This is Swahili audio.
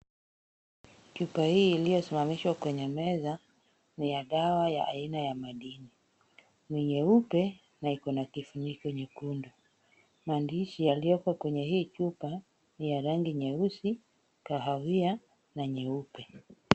Chupa hii iliyosimamishwa kwenye meza ni ya dawa aina ya madini. Ni nyeupe na iko na kifuniko nyekundu. Maandishi yaliyoko kwenye hii chupa ni ya rangi nyeusi, kahawia na nyeupe.